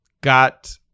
got